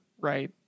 right